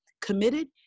committed